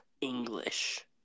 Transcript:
English